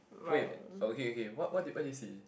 wait okay okay what what what do you see